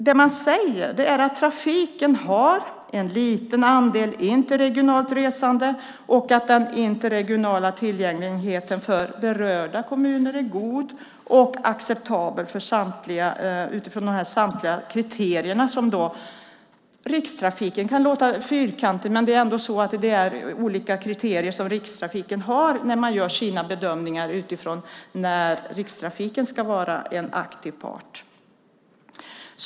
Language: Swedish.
Det man säger är att trafiken har en liten andel interregionalt resande och att den interregionala tillgängligheten för berörda kommuner är god och acceptabel för samtliga utifrån Rikstrafikens kriterier. Det kan låta fyrkantigt, men Rikstrafiken har olika kriterier när de gör sina bedömningar av när de ska vara en aktiv part.